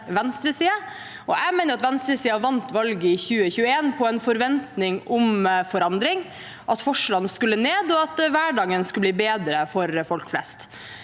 venstresiden vant valget i 2021 på en forventning om forandring, om at forskjellene skulle ned, og at hverdagen skulle bli bedre for folk flest.